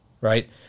right